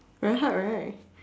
very hard right